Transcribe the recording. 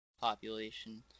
population